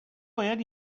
باید